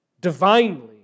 divinely